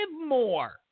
more